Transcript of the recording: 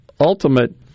ultimate